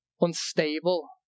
unstable